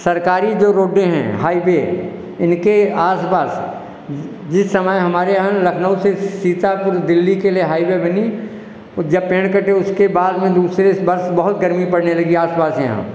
सरकारी जो रोडें हैं हाईवे इनके आस पास जिस समय हमारे यहाँ लखनऊ से सीतापुर दिल्ली के लिए हाईवे बनी वह जब पेड़ कटे उसके बाद में दूसरे वर्ष बहुत गर्मी पड़ने लगी आस पास यहाँ